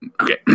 Okay